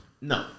No